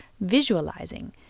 visualizing